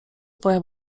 twoja